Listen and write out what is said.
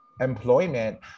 employment